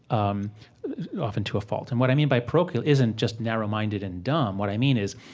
um often to a fault. and what i mean by parochial isn't just narrow-minded and dumb. what i mean is